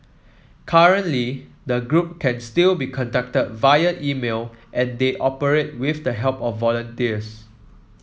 currently the group can still be contacted via email and they operate with the help of volunteers